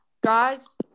Guys